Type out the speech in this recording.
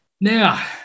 Now